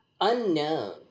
unknown